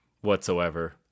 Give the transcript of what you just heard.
whatsoever